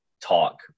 talk